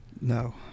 No